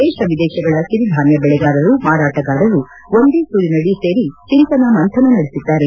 ದೇಶ ವಿದೇಶಗಳ ಸಿರಿಧಾನ್ದ ಬೆಳೆಗಾರರು ಮಾರಾಟಗಾರರು ಒಂದೇ ಸೂರಿನಡಿ ಸೇರಿ ಚಿಂತನ ಮಂಥನ ನಡೆಸಿದ್ದಾರೆ